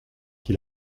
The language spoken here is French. qui